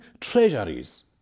treasuries